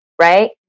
right